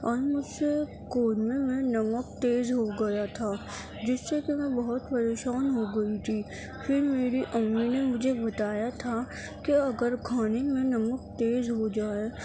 اور مجھ سے قورمے میں نمک تیز ہو گیا تھا جس سے کہ میں بہت پریشان ہو گئی تھی پھر میری امی نے مجھے بتایا تھا کہ اگر کھانے میں نمک تیز ہو جائے